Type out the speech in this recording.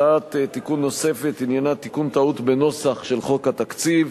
הצעת תיקון נוספת עניינה תיקון טעות בנוסח של חוק התקציב.